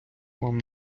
вам